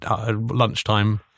lunchtime